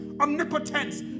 omnipotence